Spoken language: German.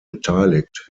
beteiligt